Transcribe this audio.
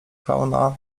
fauna